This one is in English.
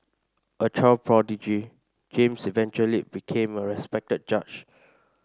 a child prodigy James eventually became a respected judge